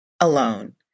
alone